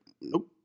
Nope